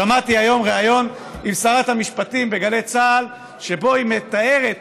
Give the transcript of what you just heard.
ששמעתי היום ריאיון עם שרת המשפטים בגלי צה"ל שבו היא מתארת